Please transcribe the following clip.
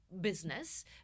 business